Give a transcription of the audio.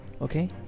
okay